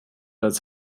als